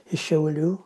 iš šiaulių